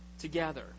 together